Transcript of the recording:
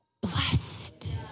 blessed